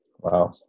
Wow